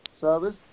service